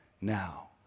now